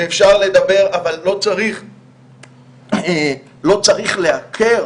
אבל לא צריך לעקר,